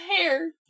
hair